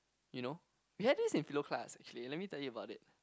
you know we had this in Philo class actually let me tell you about it